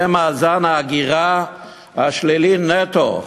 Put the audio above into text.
זה מאזן ההגירה השלילי נטו.